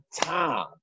time